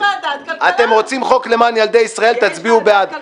אתם רוצים חוק למען ילדי ישראל, תצביעו בעד.